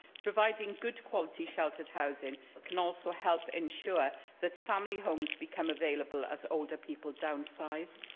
providing good-quality sheltered housing can also help ensure that family homes become available as older people downsize.